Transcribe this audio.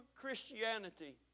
Christianity